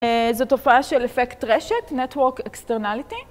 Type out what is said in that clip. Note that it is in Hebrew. זו תופעה של אפקט רשת Network Externality.